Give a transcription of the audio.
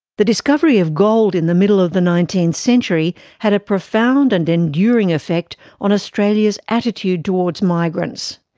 the discovery of gold in the middle of the nineteenth century had a profound and enduring effect on australia's attitude towards migrants.